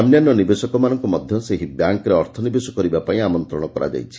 ଅନ୍ୟାନ୍ୟ ନିବେଶକମାନଙ୍କୁ ମଧ୍ୟ ସେହି ବ୍ୟାଙ୍କ୍ରେ ଅର୍ଥ ନିବେଶ କରିବାପାଇଁ ଆମନ୍ତ୍ରଣ କରାଯାଇଛି